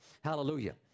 Hallelujah